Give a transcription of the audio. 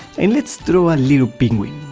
and let's draw a little penguin!